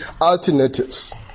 alternatives